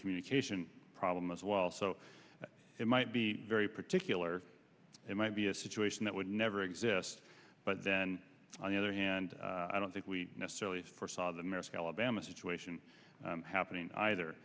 communication problem as well so it might be very particular it might be a situation that would never exist but then on the other hand i don't think we necessarily saw the maersk alabama situation happening either